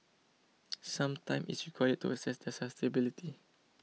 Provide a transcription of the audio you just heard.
some time is required to assess their suitability